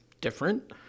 different